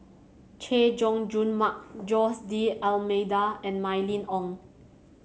Chay Jung Jun Mark Jose D'Almeida and Mylene Ong